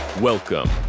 Welcome